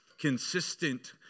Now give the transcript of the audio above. consistent